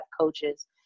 coaches